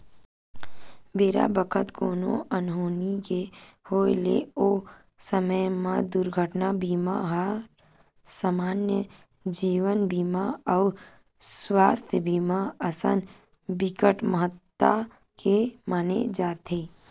बेरा बखत कोनो अनहोनी के होय ले ओ समे म दुरघटना बीमा हर समान्य जीवन बीमा अउ सुवास्थ बीमा असन बिकट महत्ता के माने जाथे